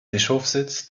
bischofssitz